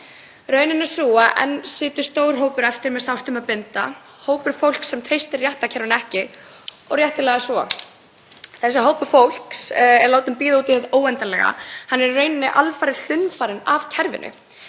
Raunin er sú að enn situr stór hópur eftir sem á um sárt að binda, hópur fólks sem treystir réttarkerfinu ekki og réttilega svo. Þessi hópur fólks er látinn bíða út í hið óendanlega. Hann er í rauninni alfarið hlunnfarinn af kerfinu.